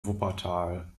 wuppertal